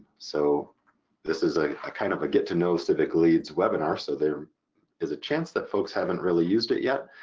so this is a a kind of a get to know civicleads webinar so there is a chance that folks haven't really used it yet,